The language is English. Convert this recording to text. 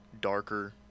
darker